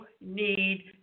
need